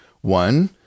One